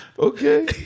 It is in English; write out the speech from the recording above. Okay